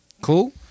Cool